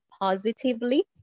positively